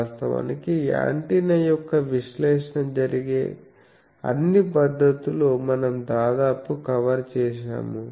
వాస్తవానికి యాంటెన్నా యొక్క విశ్లేషణ జరిగే అన్ని పద్ధతులు మనం దాదాపు కవర్ చేశాము